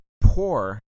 poor